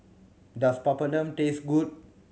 does Papadum taste good